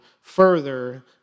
further